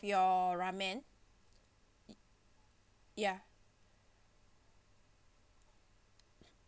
your ramen ya